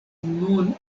nun